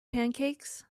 pancakes